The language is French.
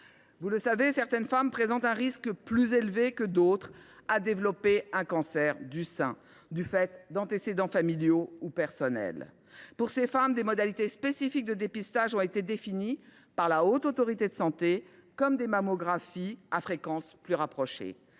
Vous le savez, certaines femmes présentent un risque plus élevé que d’autres de développer un cancer du sein, du fait d’antécédents familiaux ou personnels. Pour ces femmes, des modalités spécifiques de dépistage ont été définies par la Haute Autorité de santé (HAS), comme des mammographies à fréquence plus rapprochée.